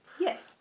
Yes